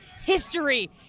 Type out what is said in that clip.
history